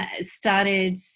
started